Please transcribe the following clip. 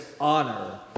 honor